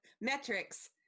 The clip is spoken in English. Metrics